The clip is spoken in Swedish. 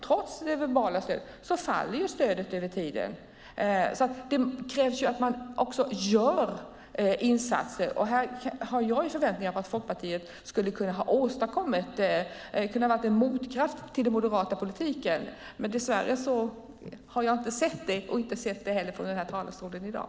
Trots det verbala stödet faller stödet över tiden. Det krävs att man också gör insatser. Jag har förväntningar på att Folkpartiet skulle kunna vara en motkraft till den moderata politiken, men dess värre har jag inte sett det, inte heller i talarstolen i dag.